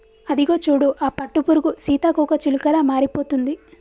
అదిగో చూడు ఆ పట్టుపురుగు సీతాకోకచిలుకలా మారిపోతుంది